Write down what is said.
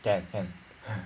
can can